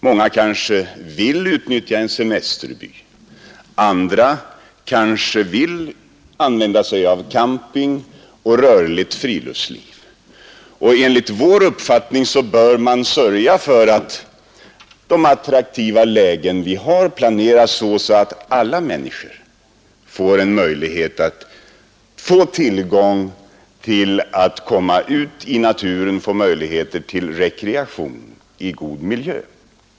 Många kanske vill utnyttja en semesterby, andra kanske vill bedriva camping eller rörligt friluftsliv. Enligt vår uppfattning bör man sörja för att de attraktiva lägen vi har planeras så, att alla människor har en möjlighet att komma ut i naturen och få rekreation i en god miljö.